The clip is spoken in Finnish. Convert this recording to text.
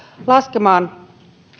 laskemaan